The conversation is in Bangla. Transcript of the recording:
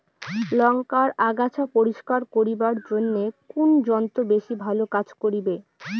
লংকার আগাছা পরিস্কার করিবার জইন্যে কুন যন্ত্র বেশি ভালো কাজ করিবে?